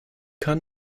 kann